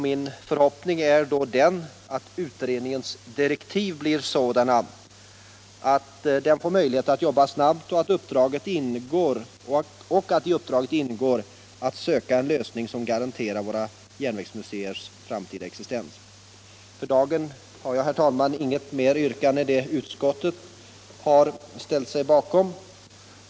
Min förhoppning är att utredningens direktiv blir sådana att den får möjlighet att jobba snabbt och att i uppdraget ingår att söka en lösning som garanterar våra järnvägsmuseers framtida existens. För dagen har jag, herr talman, inget mer yrkande än det som utskottet ställt sig bakom.